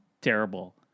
terrible